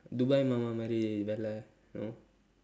dubai மாமா மாதிரி தெரியல:maamaa maathiri theriyala you know